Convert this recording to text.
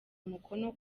umukono